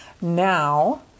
Now